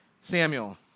Samuel